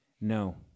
No